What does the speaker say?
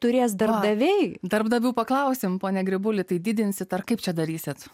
turės darbdaviai darbdavių paklausime pone grybuli tai didinsite ar kaip čia darysite